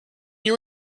you